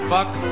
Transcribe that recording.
Fuck